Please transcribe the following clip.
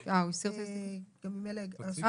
שלישית של אותה קבוצה,